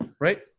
right